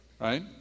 Right